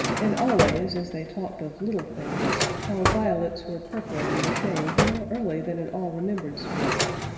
and always, as they talked of little things, how violets were purpling the shade more early than in all remembered springs,